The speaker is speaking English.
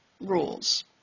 rules